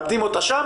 אם מאבדים אותה שם,